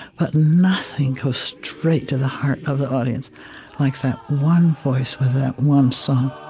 but nothing goes straight to the heart of the audience like that one voice with that one song